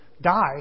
die